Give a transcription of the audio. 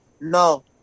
No